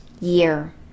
year